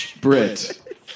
Brit